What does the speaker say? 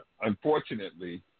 Unfortunately